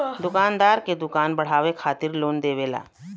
दुकानदार के दुकान बढ़ावे खातिर लोन देवेला